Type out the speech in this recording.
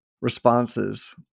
responses